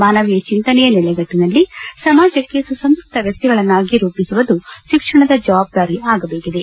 ಮಾನವೀಯ ಚೆಂತನೆಯ ನೆಲೆಗಟ್ಟಿನಲ್ಲಿ ಸಮಾಜಕ್ಕೆ ಸುಸಂಸ್ಕೃತ ವ್ಯಕ್ತಿಗಳನ್ನಾಗಿ ರೂಪಿಸುವುದು ಶಿಕ್ಷಣದ ಜವಾಬ್ದಾರಿ ಆಗಬೇಕಿದೆ